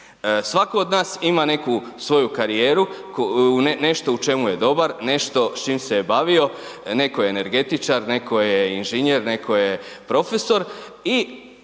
Svako od nas ima neku svoju karijeru, nešto u čemu je dobar, nešto s čim se je bavio, netko je energetičar, netko je inženjer, netko je profesor